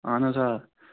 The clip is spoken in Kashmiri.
اَہن حظ آ